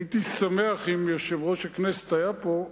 הייתי שמח אם יושב-ראש הכנסת היה פה,